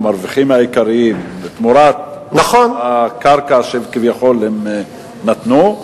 המרוויחים העיקריים מתמורת הקרקע שכביכול הם נתנו,